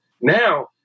now